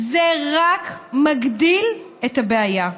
זה רק מגדיל את הבעיה.